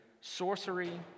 sorcery